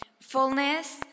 fullness